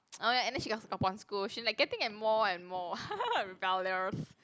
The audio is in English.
oh ya and then she got pon school she like getting and more and more rebellious